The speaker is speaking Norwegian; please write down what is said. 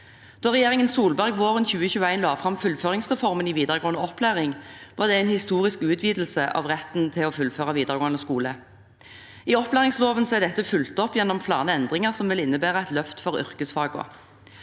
Solberg våren 2021 la fram fullføringsreformen i videregående opplæring, var det en historisk utvidelse av retten til å fullføre videregående skole. I opplæringsloven er dette fulgt opp gjennom flere endringer som vil innebære et løft for yrkesfagene.